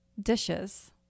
dishes